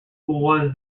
was